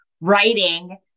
writing